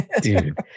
dude